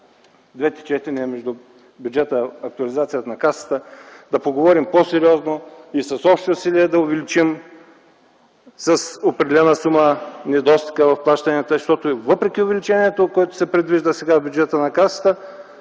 двете четения на актуализацията на бюджета на Касата да поговорим по-сериозно и с общи усилия да увеличим с определена сума недостига в плащанията, защото въпреки увеличението, което се предвижда сега в бюджета на Касата,